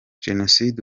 jenoside